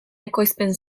ekoizpen